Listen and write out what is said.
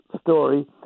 story